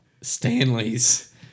Stanley's